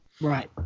Right